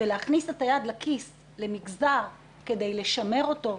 ולהכניס את היד לכיס למגזר כדי לשמר אותו,